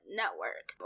network